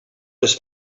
les